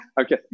Okay